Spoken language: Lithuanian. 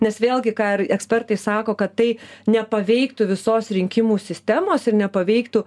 nes vėlgi ką ir ekspertai sako kad tai nepaveiktų visos rinkimų sistemos ir nepaveiktų